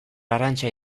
arantxa